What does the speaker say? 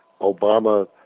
Obama